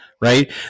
right